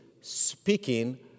speaking